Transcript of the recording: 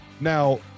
now